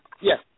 Yes